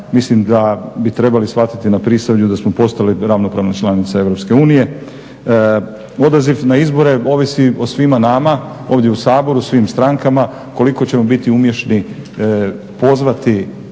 Mislim da bi trebali shvatiti na Prisavlju da smo postali ravnopravna članica EU. Odaziv na izbore ovisi o svima nama ovdje u Saboru, svim strankama koliko ćemo biti umješni pozvati